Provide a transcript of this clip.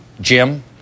Jim